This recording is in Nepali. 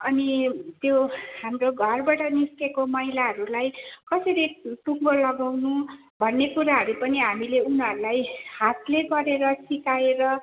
अनि त्यो हाम्रो घरबाट निस्केको मैलाहरूलाई कसरी टुङ्गो लगाउनु भन्ने कुराहरू पनि हामीले उनीहरूलाई हातले गरेर सिकाएर